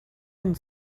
and